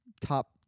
top